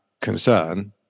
concern